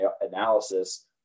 analysis